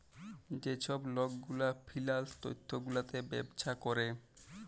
যে ছব লক গুলা ফিল্যাল্স তথ্য গুলাতে ব্যবছা ক্যরে